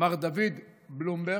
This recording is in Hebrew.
מר דוד בלומברג,